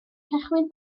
cychwyn